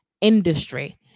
industry